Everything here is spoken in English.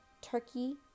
turkey